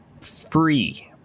free